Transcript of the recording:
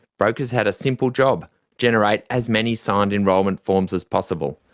brokers had a simple job generate as many signed enrolment forms as possible.